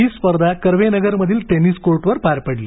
ही स्पर्धा कर्वेनगरमधील टेनिस कोर्टवर पार पडली